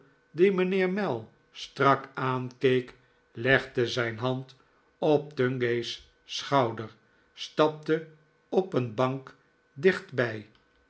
die mijnheer mell strak aankeek legde zijn hand op tungay's schouder stapte op een bank dichtbij